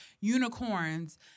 unicorns